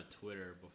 Twitter